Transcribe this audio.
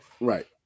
right